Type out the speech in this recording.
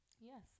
Yes